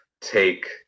take